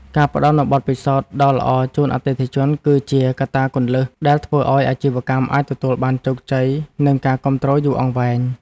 ការផ្ដល់នូវបទពិសោធន៍ដ៏ល្អជូនអតិថិជន គឺជាកត្តាគន្លឹះដែលធ្វើឱ្យអាជីវកម្មអាចទទួលបានជោគជ័យនិងការគាំទ្រយូរអង្វែង។